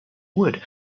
wood